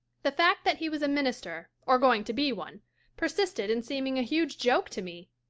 the fact that he was a minister or going to be one persisted in seeming a huge joke to me.